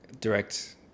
direct